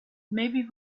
maybe